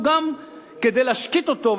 כדי להשקיט אותו,